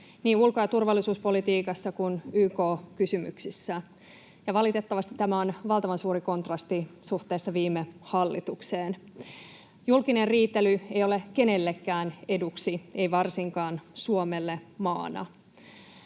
niin ulko- ja turvallisuuspolitiikassa kuin YK-kysymyksissä, ja valitettavasti tämä on valtavan suuri kontrasti suhteessa viime hallitukseen. Julkinen riitely ei ole kenellekään eduksi, ei varsinkaan Suomelle maana.